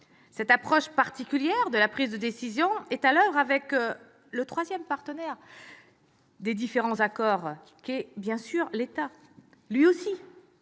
Cette approche particulière de la prise de décision est à l'oeuvre avec le troisième partenaire des différents accords qu'est l'État. Lui aussi